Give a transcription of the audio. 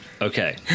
Okay